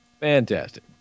Fantastic